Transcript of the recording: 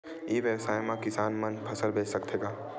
ई व्यवसाय म किसान मन फसल बेच सकथे का?